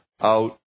out